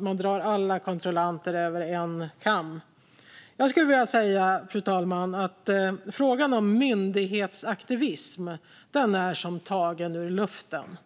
man drar alla kontrollanter över en kam. Fru talman! Frågan om myndighetsaktivism är tagen ur luften, enligt